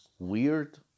weird